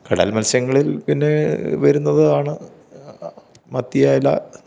കടൽ മത്സ്യങ്ങളിൽ പിന്നെ വരുന്നതാണ് മത്തി അയല